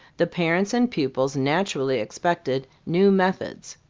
the parents and pupils naturally expected new methods.